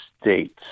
States